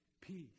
Peace